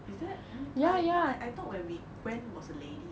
is that I I thought when we went was a lady